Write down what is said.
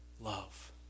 love